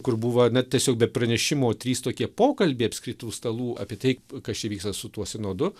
kur buvo na tiesiog be pranešimų trys tokie pokalbiai apskritų stalų apie tai kas čia vyksta su tuo sinodu